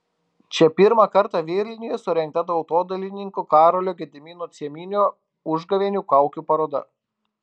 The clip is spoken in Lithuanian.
čia pirmą kartą vilniuje surengta tautodailininko karolio gedimino cieminio užgavėnių kaukių paroda